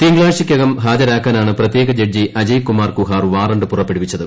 തിങ്കളാഴ്ചയ്ക്കകം ഹാജരാക്കാനാണ് പ്രത്യേക ജഡ്ജി അജയ്കുമാർ കുഹാർ വാറണ്ട് പുറപ്പെടുവിച്ചത്